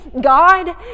God